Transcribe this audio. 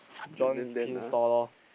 John's pins store lor